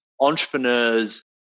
Entrepreneurs